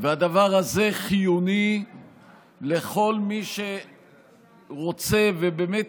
והדבר הזה חיוני לכל מי שרוצה ובאמת